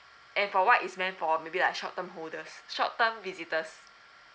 and for white is meant for maybe like short term holders short term visitors